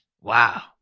wow